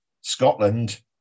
Scotland